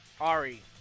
Ari